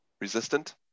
resistant